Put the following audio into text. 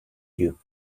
you